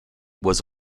was